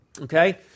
Okay